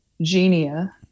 Genia